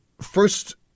first